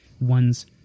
one's